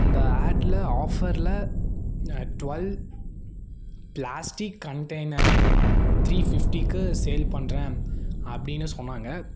அந்த அடில் ஆஃபரில் ட்வெல் ப்ளாஸ்டிக் கண்டெய்னர் த்ரீ ஃபிஃப்டிக்கு சேல் பண்ணுறன் அப்படினு சொன்னாங்க